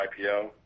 IPO